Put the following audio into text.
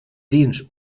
dins